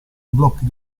blocchi